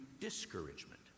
discouragement